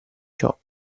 ciò